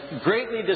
greatly